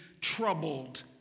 troubled